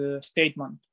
statement